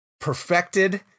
perfected